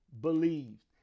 believed